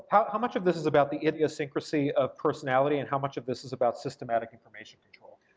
how how much of this is about the idiosyncrasy of personality, and how much of this is about systematic information control?